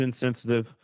insensitive